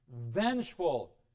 vengeful